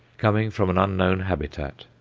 coming from an unknown habitat.